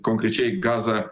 konkrečiai gaza